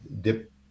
dip